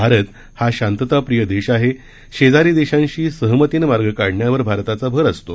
भारत हा शांतताप्रिय देश आहे शेजारी देशांशी सहमतीनं मार्ग काढण्यावर भारताचा भर असतो